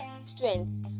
strengths